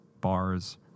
bars